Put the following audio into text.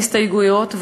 אין הסתייגויות,